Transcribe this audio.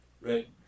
right